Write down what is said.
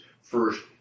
first